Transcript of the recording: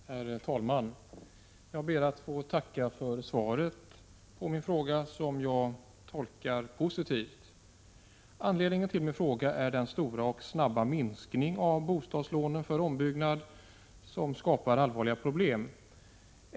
Herr talman! Jag ber att få tacka för svaret på min fråga som jag tolkar positivt. Anledningen till att jag har ställt frågan är den kraftiga och snabba 65 minskningen av bostadslånen för ombyggnad som skapar allvarliga problem.